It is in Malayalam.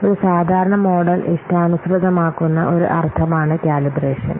ഒരു സാധാരണ മോഡൽ ഇഷ്ടാനുസൃതമാക്കുന്ന ഒരു അർത്ഥമാണ് കാലിബ്രേഷൻ